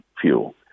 fuel